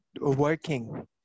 working